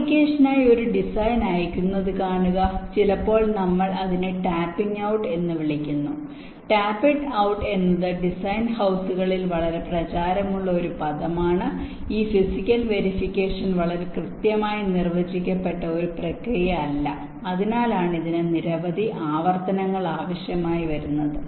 ഫാബ്രിക്കേഷനായി ഒരു ഡിസൈൻ അയക്കുന്നത് കാണുക ചിലപ്പോൾ നമ്മൾ അതിനെ ടാപ്പിംഗ് ഔട്ട് എന്ന് വിളിക്കുന്നു ടാപ്പിഡ് ഔട്ട് എന്നത് ഡിസൈൻ ഹൌസുകളിൽ വളരെ പ്രചാരമുള്ള ഒരു പദമാണ് ഈ ഫിസിക്കൽ വെരിഫിക്കേഷൻ വളരെ കൃത്യമായി നിർവചിക്കപ്പെട്ട ഒരു പ്രക്രിയയല്ല അതിനാലാണ് ഇതിന് നിരവധി ആവർത്തനങ്ങൾ ആവശ്യമായി വരുന്നത്